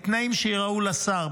בתנאים שייראו לשר,